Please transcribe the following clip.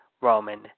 Roman